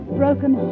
broken